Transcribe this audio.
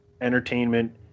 entertainment